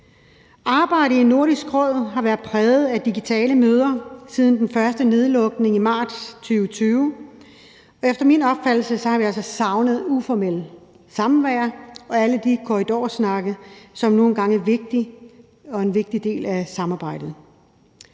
Arbejdet i Nordisk Råd har været præget af digitale møder siden den første nedlukning i marts 2020, og efter min opfattelse har vi altså manglet det uformelle samvær og alle de korridorsnakke, som nu engang er vigtige og en vigtig del af samarbejdet.